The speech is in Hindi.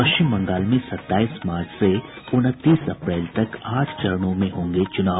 पश्चिम बंगाल में सताईस मार्च से उनतीस अप्रैल तक आठ चरणों में होंगे चुनाव